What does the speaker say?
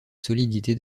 solidité